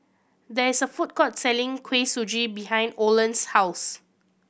there is a food court selling Kuih Suji behind Olen's house